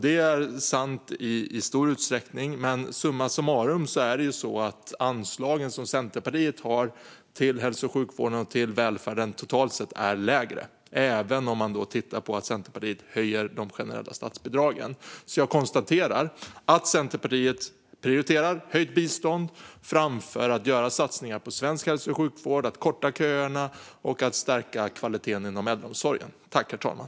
Det är sant i stor utsträckning, men summa summarum är det ju så att anslagen som Centerpartiet har till hälso och sjukvården och till välfärden totalt sett är lägre, även om man tittar på att Centerpartiet höjer de generella statsbidragen. Jag konstaterar alltså att Centerpartiet prioriterar höjt bistånd framför att göra satsningar på svensk hälso och sjukvård, korta köerna och stärka kvaliteten inom äldreomsorgen.